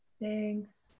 thanks